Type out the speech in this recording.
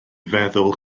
feddwl